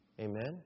Amen